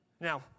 Now